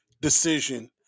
Decision